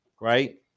right